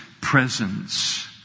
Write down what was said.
presence